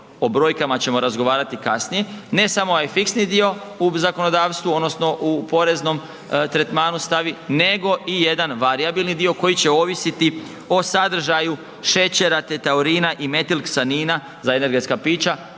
o brojkama ćemo razgovarati kasnije, ne samo ovaj fiksni dio u zakonodavstvu odnosno u poreznom tretmanu stavi, nego i jedan varijabilni dio koji će ovisiti o sadržaju šećera, teta urina i metilksanina za energetska pića